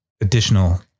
additional